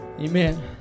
Amen